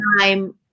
time